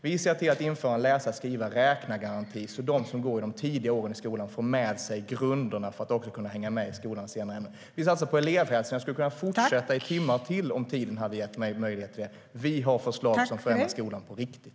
Vi ser till att införa en läsa-skriva-räkna-garanti, så att de som går de tidiga åren i skolan får med sig grunderna för att också kunna hänga med i skolan senare. Vi satsar på elevhälsan. Jag skulle kunna fortsätta i timmar till, om tiden hade medgett det. Vi har förslag som förändrar skolan på riktigt!